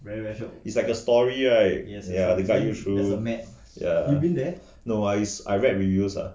is like a story right ya to guide you through ya no I I read reviews lah